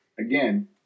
Again